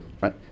right